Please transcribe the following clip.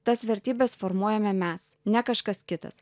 tas vertybes formuojame mes ne kažkas kitas